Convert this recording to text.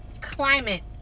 climate